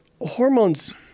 hormones